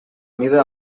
mida